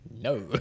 No